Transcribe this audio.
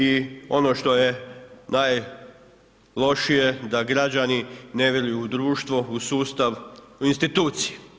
I ono što je najlošije da građani ne vjeruju u društvo, u sustav, u institucije.